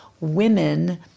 women